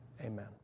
Amen